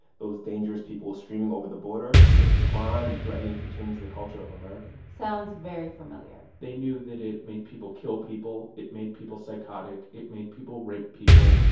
those dangerous people streaming over the border bringing crime and threatening to change the culture of america sounds very familiar they knew that it made people kill people. it made people psychotic. it made people rape people.